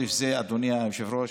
אדוני היושב-ראש,